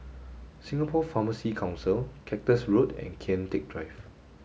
Singapore Pharmacy Council Cactus Road and Kian Teck Drive